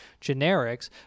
generics